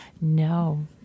No